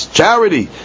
charity